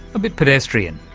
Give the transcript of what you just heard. a bit pedestrian.